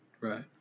right